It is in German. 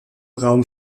raum